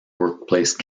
workplace